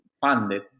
funded